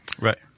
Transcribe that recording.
Right